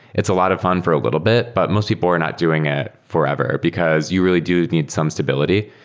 it's a lot of fun for a little bit, but most people are not doing it forever, because you really do need some stability.